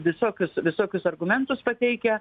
visokius visokius argumentus pateikia